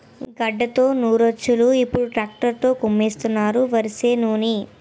గడ్డతో నూర్చోలు ఇప్పుడు ట్రాక్టర్ తో కుమ్మిస్తున్నారు వరిసేనుని